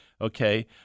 okay